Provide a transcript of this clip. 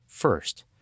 First